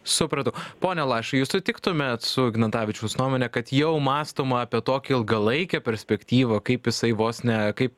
supratau pone lašai jūs sutiktumėt su ignatavičiaus nuomone kad jau mąstoma apie tokią ilgalaikę perspektyvą kaip jisai vos ne kaip